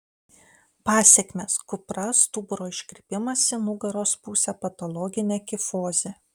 pasekmės kupra stuburo iškrypimas į nugaros pusę patologinė kifozė